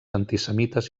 antisemites